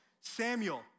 Samuel